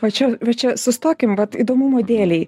va čia va čia sustokim vat įdomumo dėlei